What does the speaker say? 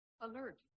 alert